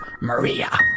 Maria